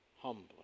humbly